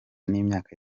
n’imyaka